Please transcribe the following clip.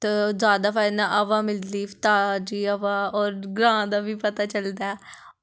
जैदा हवा मिलदी ताजी हवा होर ग्रांऽ दा बी पता चलदा ऐ